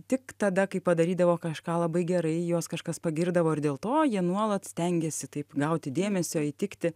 tik tada kai padarydavo kažką labai gerai juos kažkas pagirdavo ir dėl to jie nuolat stengėsi taip gauti dėmesio įtikti